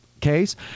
case